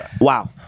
Wow